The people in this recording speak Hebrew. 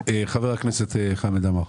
חבר הכנסת חמד עמאר.